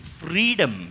freedom